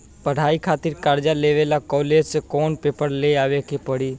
पढ़ाई खातिर कर्जा लेवे ला कॉलेज से कौन पेपर ले आवे के पड़ी?